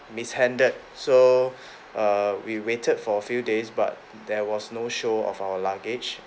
mishandled so err we waited for a few days but there was no show of our luggage